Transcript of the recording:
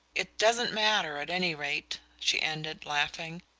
it doesn't matter, at any rate, she ended, laughing,